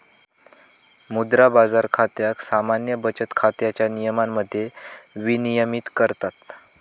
मुद्रा बाजार खात्याक सामान्य बचत खात्याच्या नियमांमध्येच विनियमित करतत